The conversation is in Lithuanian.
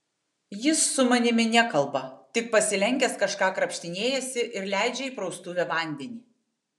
jis su manimi nekalba tik pasilenkęs kažką krapštinėjasi ir leidžia į praustuvę vandenį